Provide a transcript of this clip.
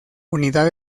unidad